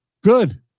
Good